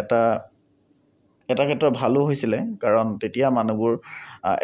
এটা এটা ক্ষেত্ৰত ভালো হৈছিলে কাৰণ তেতিয়া মানুহবোৰ